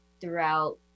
throughout